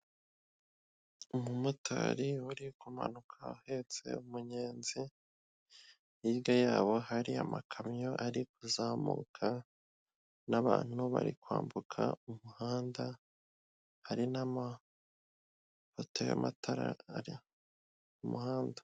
Umumotari uri kumanuka ahetse umugenzi, hirya yabo hari amakamyo ari kuzamuka n'abantu bari kwambuka umuhanda, hari n'amapoto y'amatara ari mu muhanda.